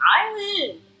island